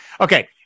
okay